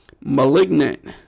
Malignant